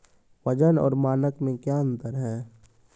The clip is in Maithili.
वजन और मानक मे क्या अंतर हैं?